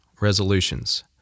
resolutions